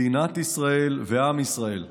מדינת ישראל ועם ישראל,